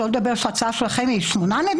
שלא לדבר על כך שההצעה שלכם היא נדמה